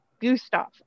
gustav